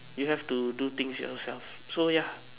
you have to do things yourself so ya